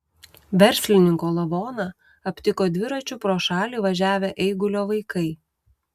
verslininko lavoną aptiko dviračiu pro šalį važiavę eigulio vaikai